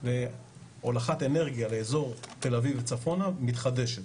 הולכת אנרגיה לאזור תל אביב וצפונה מתחדשת.